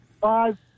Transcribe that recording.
five